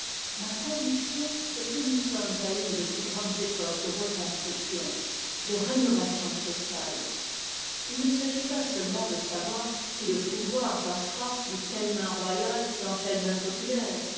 est que nous sommes à une de ces grandes époques de reconstruction de rénovation sociale il ne s'agit pas seulement de savoir si le pouvoir passera de telles mains royales dans telles mains populaires